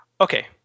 Okay